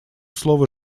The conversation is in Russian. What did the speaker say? слово